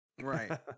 Right